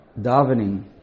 davening